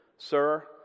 Sir